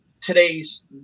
today's